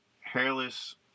hairless